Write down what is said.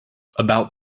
about